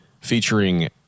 featuring